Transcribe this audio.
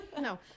No